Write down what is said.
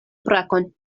brakon